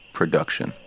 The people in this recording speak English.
Production